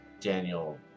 Daniel